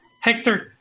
Hector